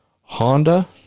Honda